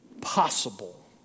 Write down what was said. possible